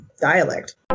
dialect